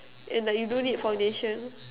and like you don't need foundation